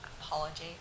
apology